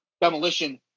Demolition